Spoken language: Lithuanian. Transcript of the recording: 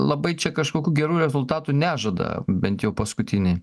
labai čia kažkokių gerų rezultatų nežada bent jau paskutiniai